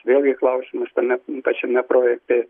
vėlgi klausimas tame pačiame projekte